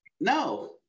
No